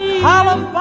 harlem